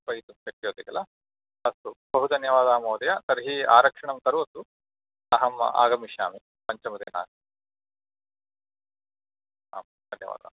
कल्पयितुं शक्यते खिल अस्तु बहु धन्यवादाः महोदय तर्हि आरक्षणं करोतु अहम् आगमिष्यामि पञ्चमदिनाङ्के आम् धन्यवादाः